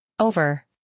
over